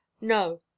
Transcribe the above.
No